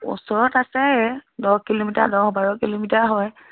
ওচৰত আছে দহ কিলোমিটাৰ দহ বাৰ কিলোমিটাৰ হয়